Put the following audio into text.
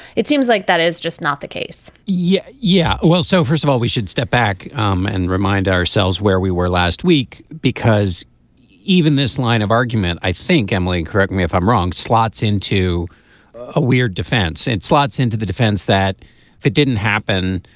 it seems like that is just not the case yeah yeah well so first of all we should step back um and remind ourselves where we were last week because even this line of argument i think emily and correct me if i'm wrong slots into a weird defense in slots into the defense that it didn't happen.